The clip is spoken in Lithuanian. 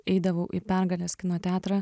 eidavau į pergalės kino teatrą